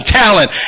talent